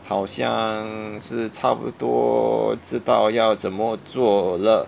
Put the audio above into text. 好像是差不多知道要怎么做了